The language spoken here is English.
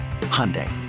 Hyundai